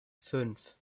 fünf